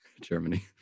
Germany